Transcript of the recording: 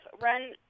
run –